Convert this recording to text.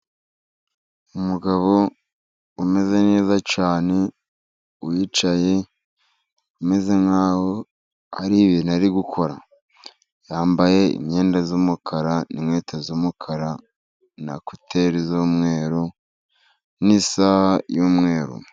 umugabo umeze neza cyane, wicaye ameze nkaho ari ibintu ari gukora, yambaye imyenda z'umukara, inkweto z'umukara, nakuteri z'umweru, n'isaha y'umweru.